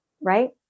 Right